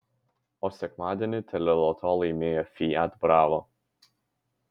o sekmadienį teleloto laimėjo fiat bravo